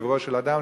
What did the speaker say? בקברו של אדם,